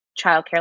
childcare